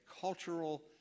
cultural